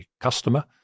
customer